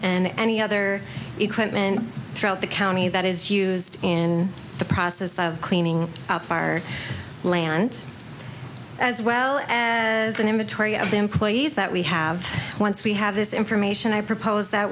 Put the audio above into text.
and any other equipment throughout the county that is used in the process of cleaning up our plant as well as an inventory of the employees that we have once we have this information i propose that